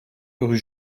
rue